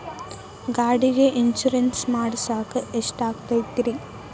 ಗಾಡಿಗೆ ಇನ್ಶೂರೆನ್ಸ್ ಮಾಡಸಾಕ ಎಷ್ಟಾಗತೈತ್ರಿ?